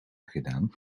gedaan